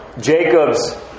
Jacob's